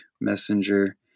Messenger